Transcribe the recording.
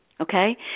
Okay